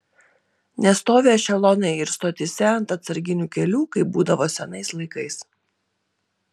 nestovi ešelonai ir stotyse ant atsarginių kelių kaip būdavo senais laikais